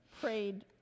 prayed